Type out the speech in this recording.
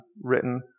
written